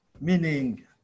meaning